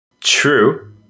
True